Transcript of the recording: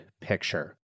picture